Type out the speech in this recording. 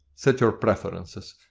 set your preferances.